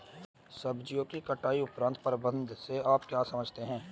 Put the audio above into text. सब्जियों की कटाई उपरांत प्रबंधन से आप क्या समझते हैं?